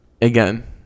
again